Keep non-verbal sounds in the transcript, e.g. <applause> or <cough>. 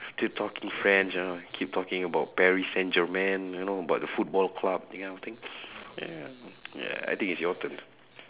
talking french you know keep talking about paris saint-germain you know about the football club that kind of thing ya <breath> yeah yeah I think is your turn